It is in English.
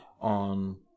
on